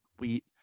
wheat